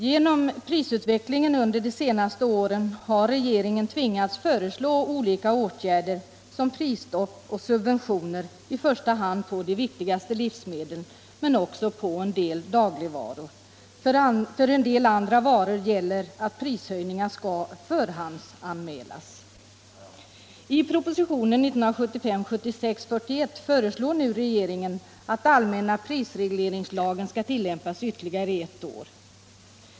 Genom prisutvecklingen under de senaste åren har regeringen tvingats föreslå olika åtgärder, såsom prisstopp och subventioner i första hand på de viktigaste livsmedlen men också på en del dagligvaror. För en del andra varor gäller att prishöjningar skall förhandsanmälas. I propositionen 1975/76:41 föreslår nu regeringen att allmänna prisregleringslagen skall tillämpas ytterligare ett år.